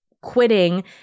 Quitting